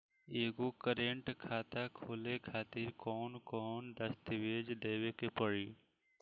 एगो करेंट खाता खोले खातिर कौन कौन दस्तावेज़ देवे के पड़ी?